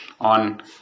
on